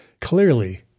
Clearly